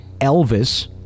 Elvis